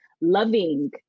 loving